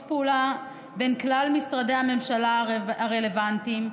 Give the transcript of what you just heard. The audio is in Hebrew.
פעולה בין כלל משרדי הממשלה הרלוונטיים,